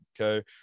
Okay